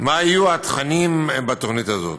מה יהיו התכנים בתוכנית הזאת,